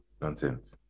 nonsense